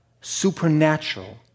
supernatural